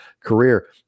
career